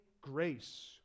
grace